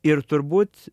ir turbūt